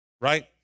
right